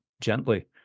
gently